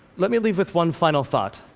let me leave with one final thought,